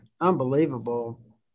unbelievable